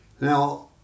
Now